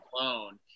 alone